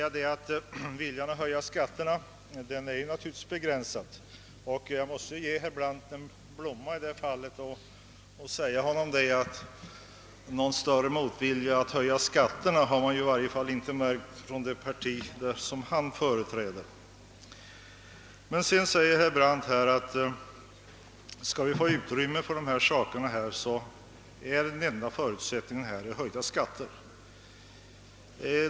Viljan att höja skatterna är naturligtvis begränsad. Jag måste dock ge herr Brandt en blomma i det avseendet och säga att någon motvilja mot att höja skatterna har i varje fall inte märkts hos det parti som han företräder. Herr Brandt sade vidare att enda möjligheten att få utrymme för dessa anslag är höjda skatter.